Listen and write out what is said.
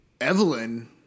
Evelyn